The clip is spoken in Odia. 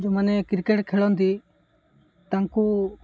ଯେଉଁମାନେ କ୍ରିକେଟ୍ ଖେଳନ୍ତି ତାଙ୍କୁ